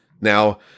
Now